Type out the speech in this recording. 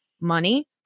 money